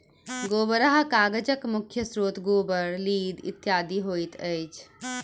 गोबराहा कागजक मुख्य स्रोत गोबर, लीद इत्यादि होइत अछि